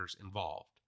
involved